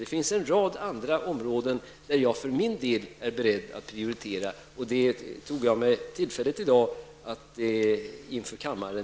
Det finns en rad andra områden som jag för min del är beredd att prioritera. Det tog jag i dag tillfället i akt att redovisa inför kammaren.